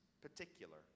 particular